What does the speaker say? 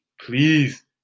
please